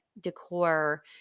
decor